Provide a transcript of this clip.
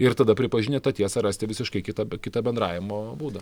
ir tada pripažinę tą tiesą rasti visiškai kitą kitą bendravimo būdą